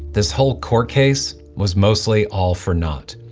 this whole court case was mostly all for naught.